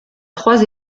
trois